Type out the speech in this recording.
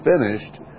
finished